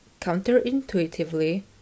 counterintuitively